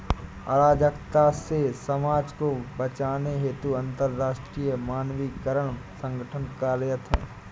अराजकता से समाज को बचाने हेतु अंतरराष्ट्रीय मानकीकरण संगठन कार्यरत है